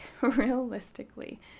realistically